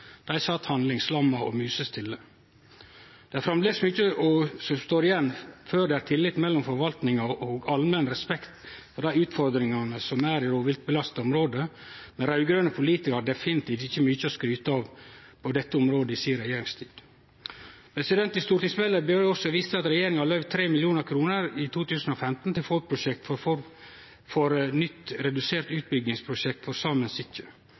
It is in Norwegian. Dei sat handlingslamma og musestille. Det er framleis mykje som står igjen før det er tillit til forvaltninga og allmenn respekt for dei utfordringane som er i rovviltbelasta område, men raud-grøne politikarar har definitivt ikkje mykje å skryte av på dette området frå eiga regjeringstid. I stortingsmeldinga blir det også vist til at regjeringa løyvde 3 mill. kr i 2015 til forprosjekt for eit nytt, redusert utbyggingsprosjekt for